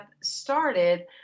started